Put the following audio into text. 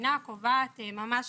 המדינה קובעת ממש